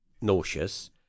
nauseous